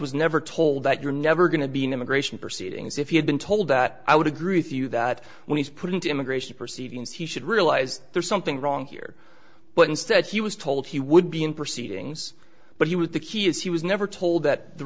was never told that you're never going to be in immigration proceedings if you've been told that i would agree with you that when he's put in to immigration proceedings he should realize there's something wrong here but instead he was told he would be in proceedings but he was the key as he was never told that the